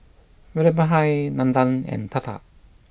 Vallabhbhai Nandan and Tata